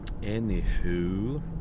anywho